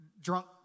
drunk